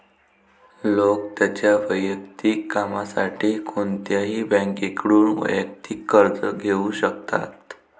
लोक त्यांच्या वैयक्तिक कामासाठी कोणत्याही बँकेकडून वैयक्तिक कर्ज घेऊ शकतात